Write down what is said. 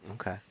Okay